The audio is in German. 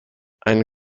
eine